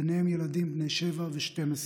ובהם ילדים בני 7 ו-12.